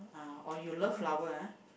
ah or you love flower ah